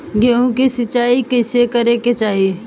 गेहूँ के सिंचाई कइसे करे के चाही?